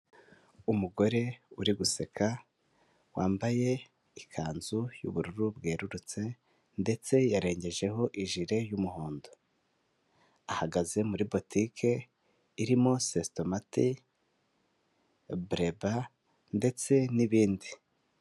Umugore uri guseka wambaye ikanzu y'ubururu bwerurutse ndetse yarengejeho ijire y'umuhondo, ahagaze muri botike irimo sositomate bureba ndetse n'ibindi.